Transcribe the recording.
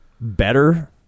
better